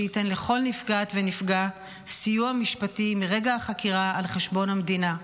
שייתן לכל נפגעת ונפגע סיוע משפטי מרגע החקירה על חשבון המדינה.